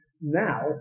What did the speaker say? Now